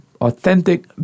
authentic